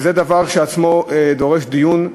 וזה דבר שבעצמו דורש דיון.